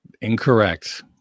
Incorrect